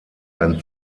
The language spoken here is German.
ein